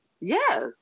Yes